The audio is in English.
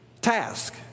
task